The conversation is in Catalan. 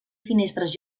finestres